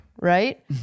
right